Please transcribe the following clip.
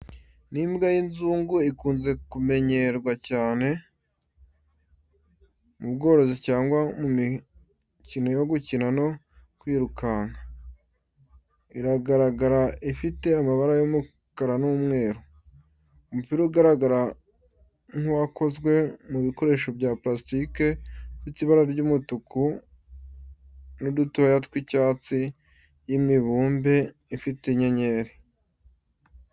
Ni imbwa y'inzungu ikunze kumenyerwa cyane mu bworozi cyangwa mu mikino yo gukina no kwirukanka. Iragaragara ifite amabara y'umukara n'umweru. Umupira ugaragara nk’uwakozwe mu bikoresho bya purasitiki, ufite ibara ry’umutuku n’udutoya tw’icyatsi y’imibumbe ifite inyenyeri.